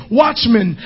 watchmen